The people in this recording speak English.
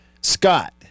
Scott